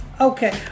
okay